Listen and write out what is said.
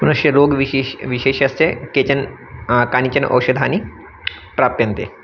पुनश्च रोगविशेष विशेषस्य केचन कानिचन औषधानि प्राप्यन्ते